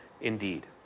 indeed